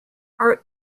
are